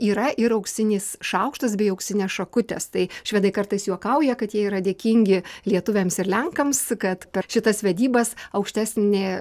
yra ir auksinis šaukštas bei auksinės šakutės tai švedai kartais juokauja kad jie yra dėkingi lietuviams ir lenkams kad per šitas vedybas aukštesnė